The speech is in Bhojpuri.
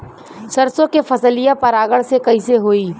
सरसो के फसलिया परागण से कईसे होई?